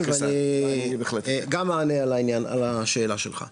אני גם אענה על השאלה שלך.